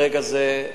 ברגע זה,